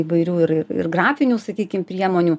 įvairių ir ir grafinių sakykim priemonių